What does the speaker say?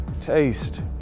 Taste